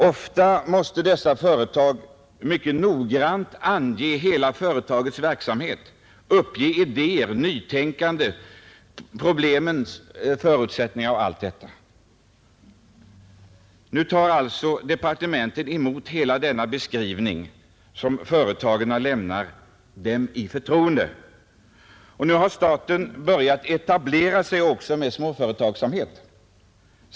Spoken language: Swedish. Ofta måste dessa företag mycket noggrant ange hela företagets verksamhet, delge idéer, nytänkanden, problemens förutsättningar osv. Departementet tar alltså emot hela den beskrivning som företagen lämnar i förtroende. Nu har staten också börjat etablera sig med småföretagsamhet.